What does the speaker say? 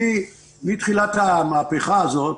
אני מתחילת המהפכה הזאת